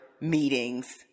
meetings